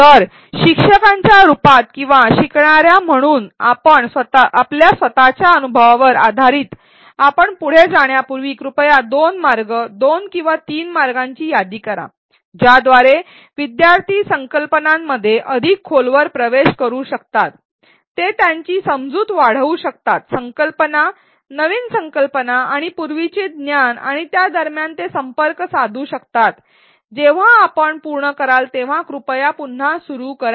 तर शिक्षकांच्या रूपात किंवा शिकणार्या म्हणून आपण आपल्या स्वतःच्या अनुभवावर आधारित आपण पुढे जाण्यापूर्वी कृपया दोन मार्ग दोन किंवा तीन मार्गांची यादी करा ज्याद्वारे शिकणारे संकल्पनांमध्ये अधिक खोलवर प्रवेश करू शकतात ते त्यांची समजूत वाढवू शकतात संकल्पना नवीन संकल्पना आणि पूर्वीचे ज्ञान आणि त्या दरम्यान ते संपर्क साधू शकतात जेव्हा आपण पूर्ण कराल तेव्हा कृपया पुन्हा सुरू करा